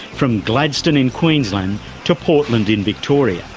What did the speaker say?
from gladstone in queensland to portland in victoria,